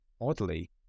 oddly